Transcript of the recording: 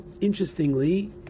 interestingly